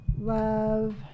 love